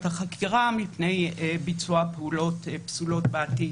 החקירה מפני ביצוע פעולות פסולות בעתיד.